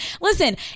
listen